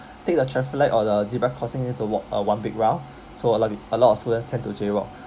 take the traffic light or the zebra crossing we need to walk uh one big round so a lot of p~ a lot of students tend to jaywalk